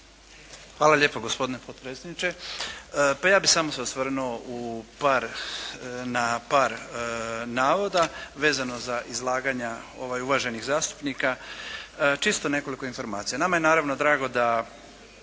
Hvala lijepo gospodine potpredsjedniče. Pa ja bih samo se osvrnuo u par, na par navoda vezano za izlaganja uvaženih zastupnika, čisto nekoliko informacija. Naima je naravno drago da